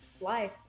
life